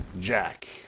Jack